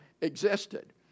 existed